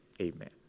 Amen